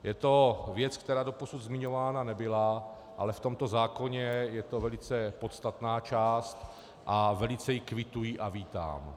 Je to věc, která doposud zmiňována nebyla, ale v tomto zákoně je to velice podstatná část a velice ji kvituji a vítám.